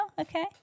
Okay